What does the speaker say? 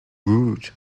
rude